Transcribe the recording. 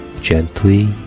gently